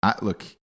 Look